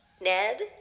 Ned